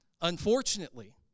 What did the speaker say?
unfortunately